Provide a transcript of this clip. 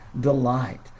delight